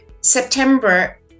September